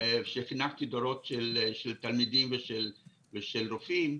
שחינכתי דורות של תלמידים ושל רופאים,